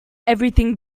everything